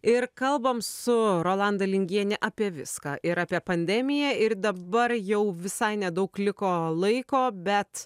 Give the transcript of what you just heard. ir kalbam su rolanda lingiene apie viską ir apie pandemiją ir dabar jau visai nedaug liko laiko bet